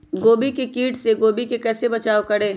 गोभी के किट से गोभी का कैसे बचाव करें?